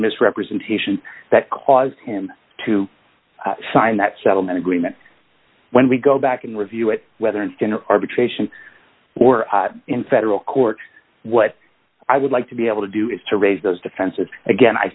misrepresentation that caused him to sign that settlement agreement when we go back and review it whether it's going to arbitration or in federal court what i would like to be able to do is to raise those defenses again i